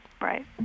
Right